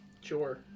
Sure